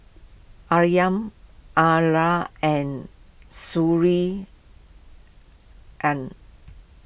Aryan and Sury and